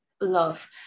love